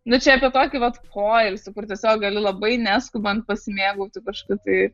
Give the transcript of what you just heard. nu čia apie tokį vat kojų kur tiesiog gali labai neskubant pasimėgauti kažkokiu tai